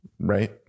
right